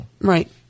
Right